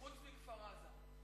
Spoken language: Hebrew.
חוץ מכפר-עזה.